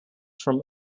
from